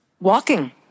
Walking